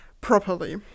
properly